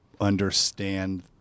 understand